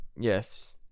Yes